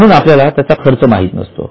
म्हणून आपल्याला त्याचा खर्च माहित नसतो